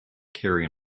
carry